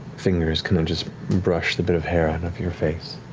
fingers kind of just brush the bit of hair out and of your face.